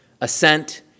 assent